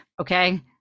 okay